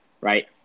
right